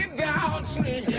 doubts me